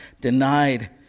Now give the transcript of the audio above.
denied